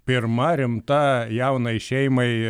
pirma rimta jaunai šeimai